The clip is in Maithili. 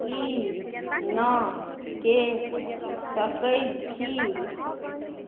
ई नहि कै सकै छी